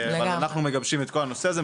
אנחנו מגבשים את כל הנושא הזה,